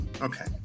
Okay